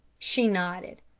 she nodded.